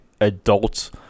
adults